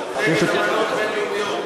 גם נגד טרור, ונגד אמנות בין-לאומיות.